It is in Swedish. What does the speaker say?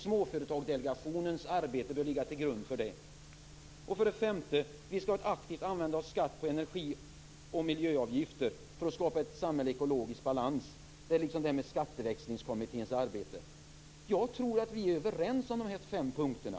Småföretagsdelegationens arbete bör ligga till grund för det. 5. Vi skall aktivt använda oss av skatt på energi och miljöavgifter för att skapa ett samhälle i ekologisk balans. Här kommer Skatteväxlingskommitténs arbete in. Jag tror att vi är överens om de här fem punkterna.